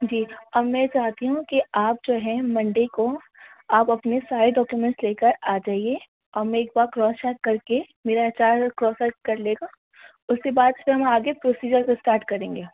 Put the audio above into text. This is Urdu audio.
جی اب میں یہ چاہتی ہوں کہ آپ جو ہے منڈے کو آپ اپنے سارے ڈاکیومینٹس لے کر آ جائیے اور میں ایک بار کراس چیک کرکے میرا ایچ آر کراس چیک کر لے گا اس کے بعد سے ہم آگے پروسیجر کو اسٹارٹ کریں گے